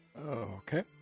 Okay